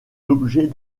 l’objet